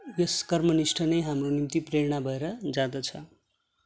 यस कर्मनिष्ठ नै हाम्रो निम्ति प्रेरणा भएर जाँदछ